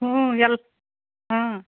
ಹ್ಞೂ ಎಲ್ಲ ಹ್ಞೂ